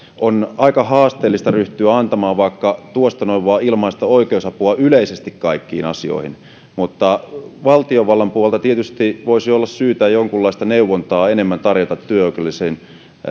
on aika haasteellista ryhtyä antamaan vaikka tuosta noin vain ilmaista oikeusapua yleisesti kaikkiin asioihin mutta valtiovallan puolelta tietysti voisi olla syytä jonkunlaista neuvontaa enemmän tarjota työoikeudellisiin